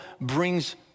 brings